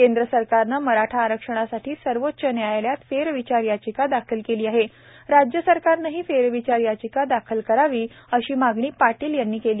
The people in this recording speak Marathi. केंद्र सरकारन मराठा आरक्षणासाठी सर्वोच्च नायालयात फेरविचार याचिका दाखल केली आहे राज्य सरकारनंही फेरविचार याचिका दाखल करावी अशी मागणी पाटील यांनी केली